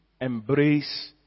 embrace